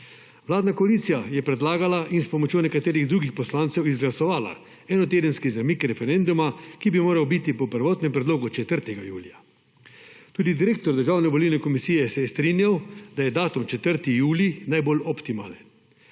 Vladna koalicija je predlagala in s pomočjo nekaterih drugih poslancev izglasovala eno tedenski zamik referenduma, ki bi moral biti po prvotnem predlogu 4. julija. Tudi direktor Državne volilne komisije se je strinjal, da je datum 4. julij najbolj optimalen.